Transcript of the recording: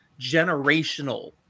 generational